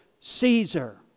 caesar